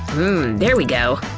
there we go.